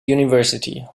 university